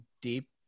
deep